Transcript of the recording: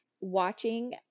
watching